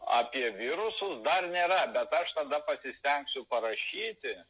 apie virusus dar nėra bet aš tada pasistengsiu parašyti